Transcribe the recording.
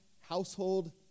household